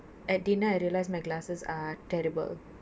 at dinner I realise my glasses are terrible